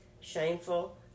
shameful